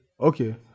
Okay